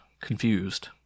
confused